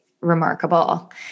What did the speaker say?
remarkable